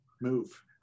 move